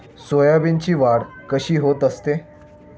सोयाबीनची वाढ कशी होत असते?